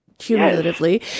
Cumulatively